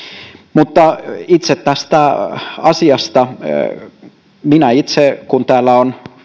mutta itse tästä asiasta kun täällä on